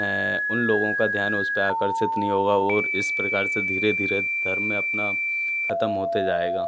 उन लोगों का ध्यान उसपे आकर्सित नहीं होगा और इस प्रकार से धीरे धीरे धर्म अपना खत्म होते जाएगा